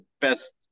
best